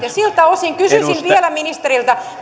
siltä osin kysyisin vielä ministeriltä